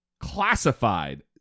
classified